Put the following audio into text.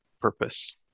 purpose